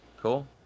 Cool